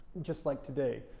just like today,